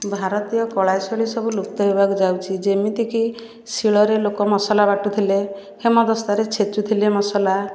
ଭାରତୀୟ କଳାଶୁଣୀ ସବୁ ଲୁପ୍ତ ହେବାକୁ ଯାଉଛି ଯେମିତିକି ଶିଳରେ ଲୋକ ମସଲା ବାଟୁଥିଲେ ହେମଦସ୍ତାରେ ଛେଚୁଥିଲେ ମସଲା